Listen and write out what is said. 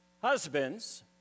Husbands